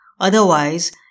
Otherwise